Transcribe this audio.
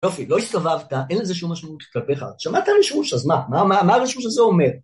יופי, לא הסתבבת, אין לזה שום משמעות כלפיך, שמעת רישוש, אז מה? מה הרישוש הזה אומר?